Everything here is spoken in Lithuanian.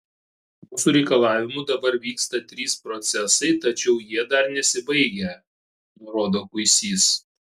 mūsų reikalavimu dabar vyksta trys procesai tačiau jie dar nesibaigę nurodo kuisys